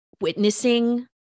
witnessing